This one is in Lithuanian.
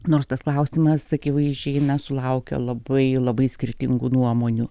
nors tas klausimas akivaizdžiai na sulaukia labai labai skirtingų nuomonių